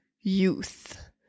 youth